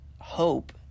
hope